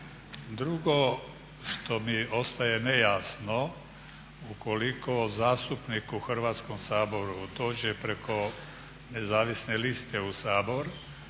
Drugo što mi ostaje nejasno, ukoliko zastupnik u Hrvatskom saboru dođe preko nezavisne liste u Sabor,